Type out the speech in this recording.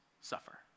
suffer